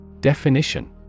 Definition